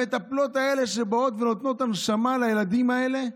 המטפלות האלה שבאות ונותנות את הנשמה לילדים האלה,